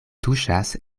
tuŝas